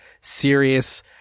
serious